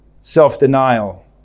self-denial